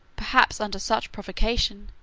perhaps under such provocation,